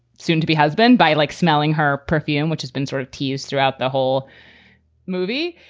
soon to be husband by like smelling her perfume, which has been sort of teased throughout the whole movie.